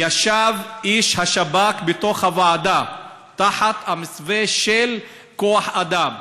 ישב איש השב"כ בוועדה במסווה של כוח-אדם.